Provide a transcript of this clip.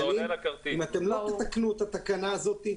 אם לא תתקנו את התקנה הזאת,